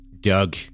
Doug